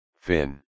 Fin